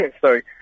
Sorry